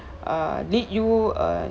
err lead you uh